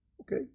Okay